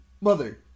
mother